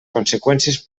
conseqüències